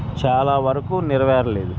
చాలా వరకు నెరవేరలేదు